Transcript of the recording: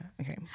Okay